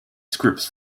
scripts